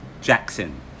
Jackson